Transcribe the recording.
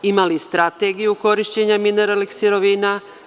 Ima li strategiju korišćenja mineralnih sirovina?